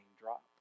drop